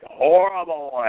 horrible